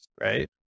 right